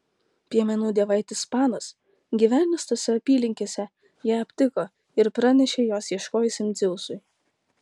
piemenų dievaitis panas gyvenęs tose apylinkėse ją aptiko ir pranešė jos ieškojusiam dzeusui